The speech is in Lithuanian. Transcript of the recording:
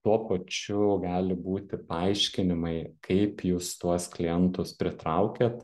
tuo pačiu gali būti paaiškinimai kaip jūs tuos klientus pritraukiat